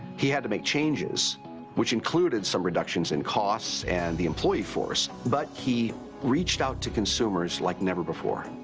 he had to make changes which included some reductions in cost and the employee force, but he reached out to consumers like never before.